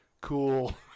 cool